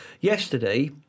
Yesterday